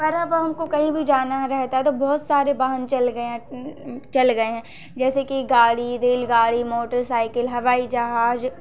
पर अब हमको कहीं भी जाना रहता है तो बहुत सारे वाहन चल गए हैं चल गए हैं जैसे कि गाड़ी रेलगाड़ी मोटरसाइकिल हवाई जहाज